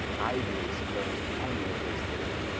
idly suppos'd the founder of this law,